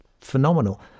phenomenal